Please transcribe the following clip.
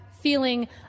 feeling